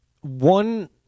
one